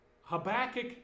Habakkuk